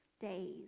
days